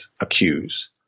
accuse